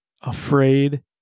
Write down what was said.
afraid